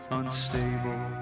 unstable